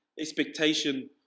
expectation